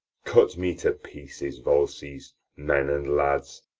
cut me to pieces, volsces men and lads,